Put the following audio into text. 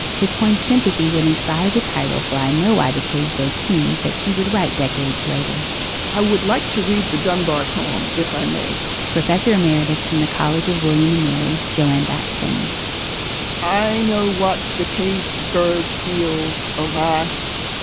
his point sympathy would inspire the title for i know why the caged bird sings that she would write decades later i would like to read the dunbar poem, if i may professor emeritus from the college of william and mary. joanne braxton i know what the caged bird feels alas,